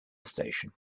station